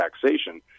taxation